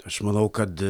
aš manau kad